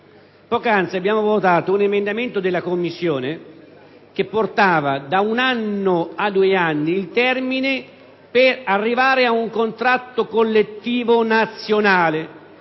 Poc'anzi abbiamo votato un emendamento della Commissione che portava da uno a due anni il termine per arrivare ad un contratto collettivo nazionale: